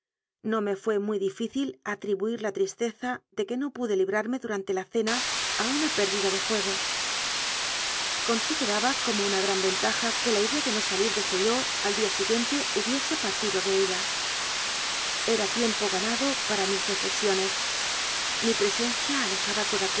no me fué muy difícil atribuir la tristeza de que no pude librarme durante la cena a una pér dida de juego consideraba como una gran venta ja que la idea de no salir de chaillot al día si guiente hubiese partido de ella era tiempo gana do para mis reflexiones mi presencia alejaba toda